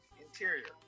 Interior